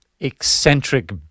eccentric